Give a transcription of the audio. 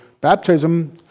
baptism